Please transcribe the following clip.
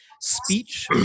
speech